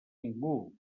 ningú